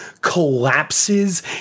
collapses